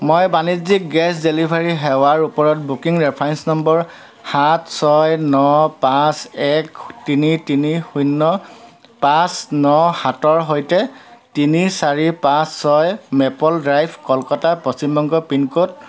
মই বাণিজ্যিক gas delivery সেৱাৰ ওপৰত বুকিং ৰেফাৰেঞ্চ নম্বৰ সাত ছয় ন পাঁচ এক তিনি তিনি শূন্য পাঁচ ন সাতৰ সৈতে তিনি চাৰি পাঁচ ছয় Maple Drive Kolkata Paschim Banga pincode